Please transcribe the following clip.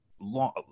long